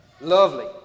lovely